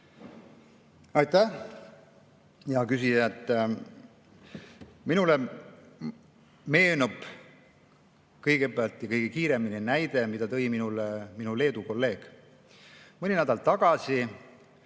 Aitäh, hea küsija! Minule meenub kõigepealt ja kõige kiiremini näide, mille tõi minule minu Leedu kolleeg. Mõni nädal tagasi